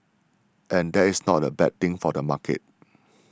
and that is not a bad thing for the market